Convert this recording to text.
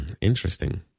interesting